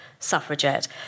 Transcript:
suffragette